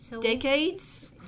Decades